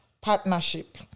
partnership